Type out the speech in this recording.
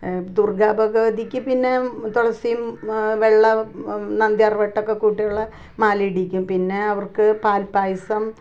ദുർഗാ ഭഗവതിക്ക് പിന്നെ തുളസിയും വെള്ള നന്ദ്യാർ വട്ടൊക്കെ കൂട്ടിയുള്ള മാല ഇടിയിക്കും പിന്നെ അവർക്ക് പാൽ പായസം